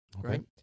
Right